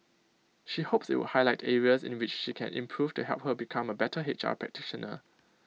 she hopes IT would highlight areas in which she can improve to help her become A better H R practitioner